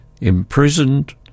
imprisoned